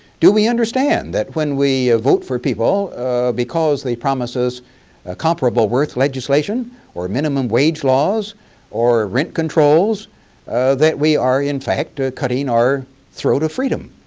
do we understand that when we vote for people because they promise us ah comparable worth legislation or minimum wage laws or rent controls that we are in fact ah cutting our throat to freedom?